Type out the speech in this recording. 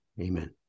Amen